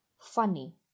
Funny